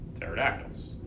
pterodactyls